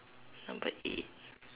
number eight